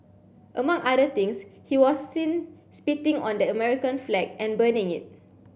among other things he was seen spitting on the American flag and burning it